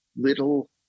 little